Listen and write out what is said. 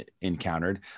encountered